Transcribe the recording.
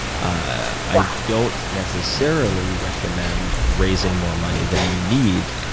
i don't necessarily recommend raising more money than you need,